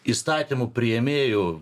įstatymų priėmėjų